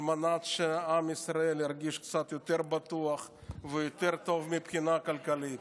על מנת שעם ישראל ירגיש קצת יותר בטוח ויותר טוב מבחינה כלכלית.